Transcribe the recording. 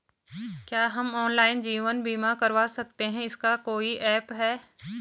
क्या हम ऑनलाइन जीवन बीमा करवा सकते हैं इसका कोई ऐप है?